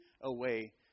away